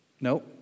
No